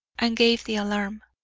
and gave the alarm.